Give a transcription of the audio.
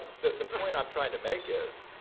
the point i'm trying to make is,